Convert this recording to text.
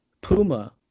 Puma